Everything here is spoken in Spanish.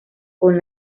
con